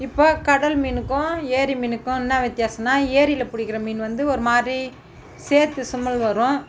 இப்போ கடல் மீனுக்கும் ஏரி மீனுக்கும் என்ன வித்தியாசம்னா ஏரியில் பிடிக்கிற மீன் வந்து ஒரு மாதிரி சேற்று சுமெல் வரும்